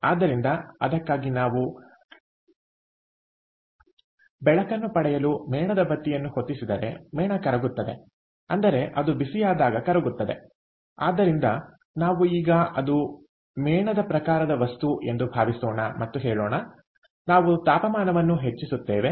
ಆದ್ದರಿಂದ ಅದಕ್ಕಾಗಿಯೇ ನಾವು ಬೆಳಕನ್ನು ಪಡೆಯಲು ಮೇಣದಬತ್ತಿಯನ್ನು ಹೊತ್ತಿಸಿದರೆ ಮೇಣ ಕರಗುತ್ತದೆ ಅದು ಬಿಸಿಯಾದಾಗ ಕರಗುತ್ತದೆ ಆದ್ದರಿಂದ ನಾವು ಈಗ ಅದು ಮೇಣದ ಪ್ರಕಾರದ ವಸ್ತು ಎಂದು ಭಾವಿಸೋಣ ಮತ್ತು ಹೇಳೋಣ ನಾವು ತಾಪಮಾನವನ್ನು ಹೆಚ್ಚಿಸುತ್ತೇವೆ